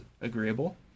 agreeable